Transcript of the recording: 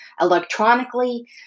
electronically